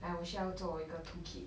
like 我需要做一个 toolkit